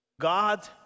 God